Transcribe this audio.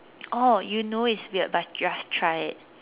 oh you know it's weird but just try it